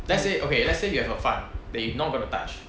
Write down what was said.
let's say okay let's say you have a fund that you not gonna touch